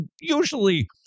usually